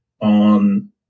on